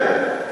כן.